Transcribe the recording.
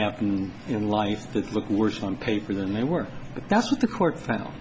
happened in life that look worse on paper than they were that's what the court f